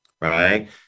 right